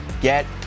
get